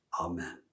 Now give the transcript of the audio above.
Amen